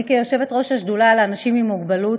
אני, כיושבת-ראש השדולה לאנשים עם מוגבלות,